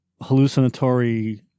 hallucinatory